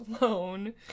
alone